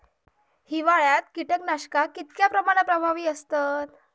हिवाळ्यात कीटकनाशका कीतक्या प्रमाणात प्रभावी असतत?